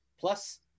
Plus